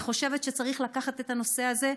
אני חושבת שצריך לקחת את הנושא הזה,